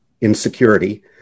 insecurity